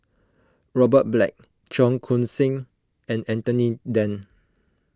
Robert Black Cheong Koon Seng and Anthony then